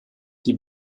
die